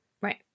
Right